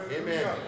Amen